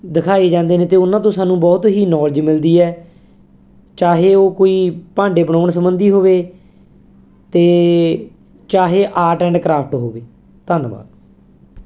ਦਿਖਾਈ ਜਾਂਦੇ ਨੇ ਤੇ ਉਹਨਾਂ ਤੋਂ ਸਾਨੂੰ ਬਹੁਤ ਹੀ ਨੌਲੇਜ ਮਿਲਦੀ ਹੈ ਚਾਹੇ ਉਹ ਕੋਈ ਭਾਂਡੇ ਬਣਾਉਣ ਸਬੰਧੀ ਹੋਵੇ ਤੇ ਚਾਹੇ ਆਰਟ ਐਂਡ ਕਰਾਫਟ ਹੋਵੇ ਧੰਨਵਾਦ